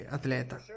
atleta